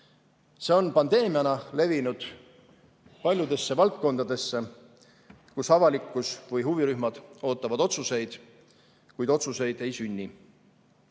See on pandeemiana levinud paljudesse valdkondadesse, kus avalikkus või huvirühmad ootavad otsuseid, kuid otsuseid ei sünni.